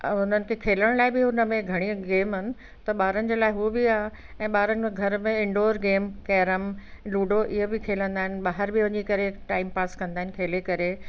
ऐं हुननि खे खेलण लाइ बि हुन में घणियूं गेम आहिनि त ॿारनि जे लाइ हुओ बि आहे ऐं ॿारनि घर में इंडोर गेम कैरम लूडो इहो बि खेलंदा आहिनि ॿाहिरि बि वञी करे टाइमपास कंदा आहिनि खेली करे